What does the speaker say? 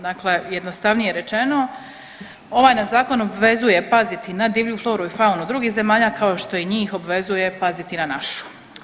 Dakle, jednostavnije rečeno ovaj nas zakon obvezuje paziti na divlju floru i faunu drugih zemalja kao što i njih obvezuje paziti na našu.